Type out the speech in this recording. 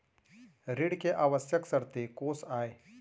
ऋण के आवश्यक शर्तें कोस आय?